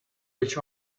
which